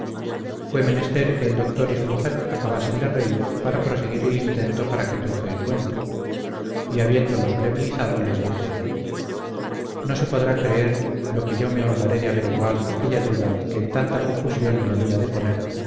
fué menester que el doctor y su mujer acabasen de reír para proseguir el intento para que truje el cuento y habiéndolo solemnizado les dije no se podrá creer lo que yo me holgué de averiguar aquella duda que en tanta confusión me había de poner